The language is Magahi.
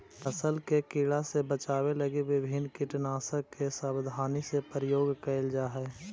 फसल के कीड़ा से बचावे लगी विभिन्न कीटनाशक के सावधानी से प्रयोग कैल जा हइ